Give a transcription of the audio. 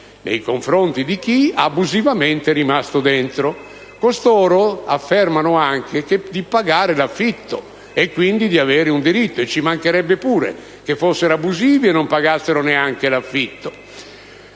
Nei confronti di chi abusivamente è rimasto dentro. Costoro affermano anche di pagare l'affitto e, quindi, di avere un diritto. Ci mancherebbe pure che fossero abusivi e non pagassero neanche l'affitto!